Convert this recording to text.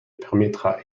permettra